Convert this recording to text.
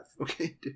Okay